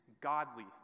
godly